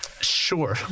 Sure